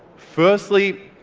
firstly,